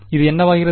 இது என்னவாகிறது